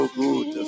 good